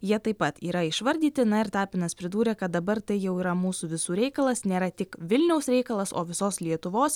jie taip pat yra išvardyti na ir tapinas pridūrė kad dabar tai jau yra mūsų visų reikalas nėra tik vilniaus reikalas o visos lietuvos